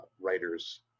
writers